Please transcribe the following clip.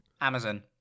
Amazon